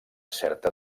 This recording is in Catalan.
certa